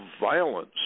violence